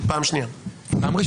על מה?